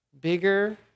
bigger